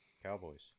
Cowboys